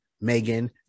Megan